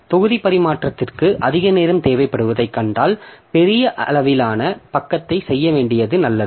எனவே தொகுதி பரிமாற்றத்திற்கு அதிக நேரம் தேவைப்படுவதை கண்டால் பெரிய அளவிலான பக்கத்தை செய்ய வேண்டியது நல்லது